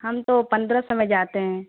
ہم تو پندرہ سو میں جاتے ہیں